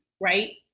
right